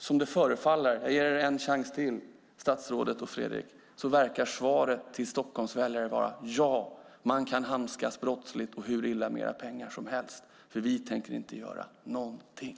Som det förefaller - jag ger er en chans till, statsrådet och Fredrik - är svaret till Stockholms väljare: Ja, man kan handskas brottsligt och hur illa som helst med era pengar, för vi tänker inte göra någonting.